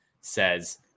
says